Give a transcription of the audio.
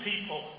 people